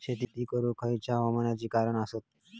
शेत करुक खयच्या हवामानाची कारणा आसत?